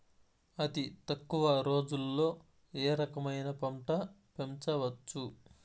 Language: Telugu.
అతి తక్కువ రోజుల్లో ఏ రకమైన పంట పెంచవచ్చు?